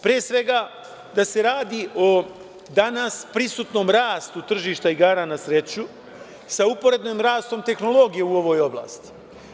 Pre svega da se radi o danas prisustvu rasta tržišta igara na sreću sa uporednim rastom tehnologije u ovoj oblasti.